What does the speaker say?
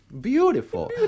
Beautiful